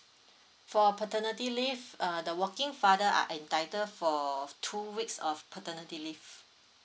for paternity leave uh the working father are entitled for two weeks of paternity leave